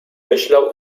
myślał